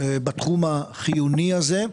בתחום החיוני הזה.